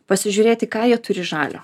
pasižiūrėti ką jie turi žalio